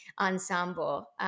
ensemble